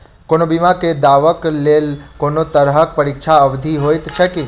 कोनो बीमा केँ दावाक लेल कोनों तरहक प्रतीक्षा अवधि होइत छैक की?